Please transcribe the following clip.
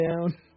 down